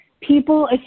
people